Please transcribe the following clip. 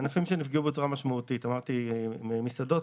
ענף המסעדות,